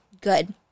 Good